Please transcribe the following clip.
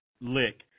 lick